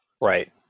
right